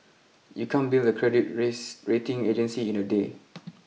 you can't build a credit race rating agency in a day